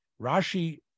Rashi